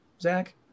Zach